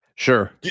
Sure